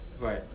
right